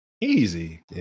easy